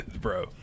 Bro